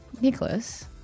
Nicholas